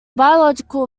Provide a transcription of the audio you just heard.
biological